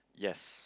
yes